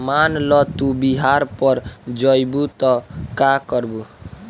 मान ल तू बिहार पड़ जइबू त का करबू